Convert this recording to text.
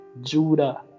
Judah